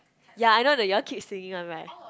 ya I know that you all keep singing one right